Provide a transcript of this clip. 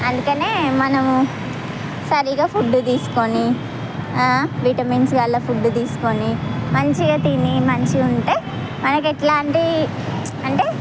అందుకనే మనము సరిగ్గా ఫుడ్డు తీసుకొని విటమిన్స్లల్లో ఫుడ్డు తీసుకొని మంచిగా తిని మంచిగా ఉంటే మనకు ఎట్లాంటి అంటే